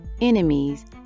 enemies